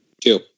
Two